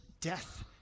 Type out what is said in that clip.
death